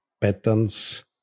patterns